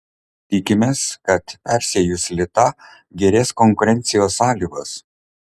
tikimės kad persiejus litą gerės konkurencijos sąlygos